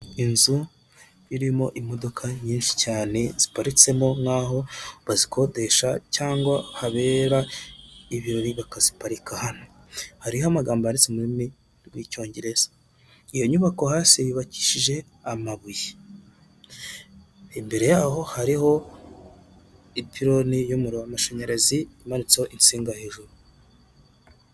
Inzu irimo imodoka nyinshi cyane, ziparitsemo nk'aho bazikodesha cyangwa habera ibirori bakaziparika hano. Hariho amagambo yanditse mu rurimi rw'Icyongereza. Iyo nyubako hasi yubakishije amabuye. Imbere yaho hariho ipironi y'umuriro w'amashanyarazi, imanitseho insinga hejuru.